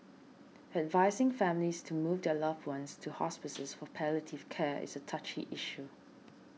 advising families to move their loved ones to hospices for palliative care is a touchy issue